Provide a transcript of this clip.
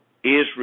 Israel